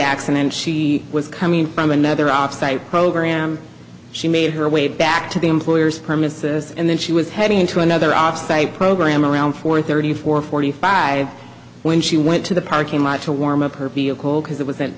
accident she was coming from another offsite program she made her way back to the employer's premises and then she was heading into another offsite program around four thirty four forty five when she went to the parking lot to warm up her vehicle because it was